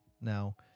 now